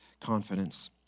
confidence